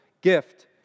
gift